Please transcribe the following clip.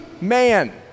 man